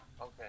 Okay